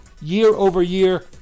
year-over-year